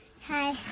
Hi